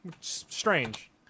strange